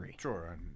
Sure